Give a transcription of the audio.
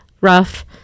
rough